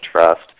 trust